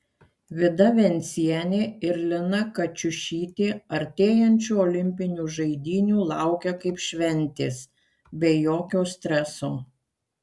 vida vencienė ir lina kačiušytė artėjančių olimpinių žaidynių laukia kaip šventės be jokio streso